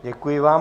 Děkuji vám.